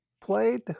played